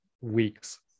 weeks